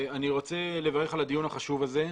אני רוצה לברך על הדיון החשוב הזה.